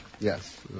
Yes